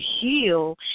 heal